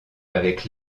avec